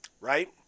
Right